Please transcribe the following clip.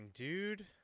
dude